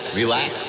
relax